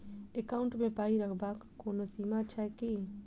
Account मे पाई रखबाक कोनो सीमा छैक की?